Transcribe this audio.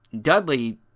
Dudley